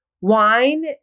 Wine